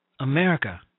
America